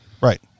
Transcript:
Right